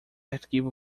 arquivo